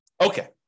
Okay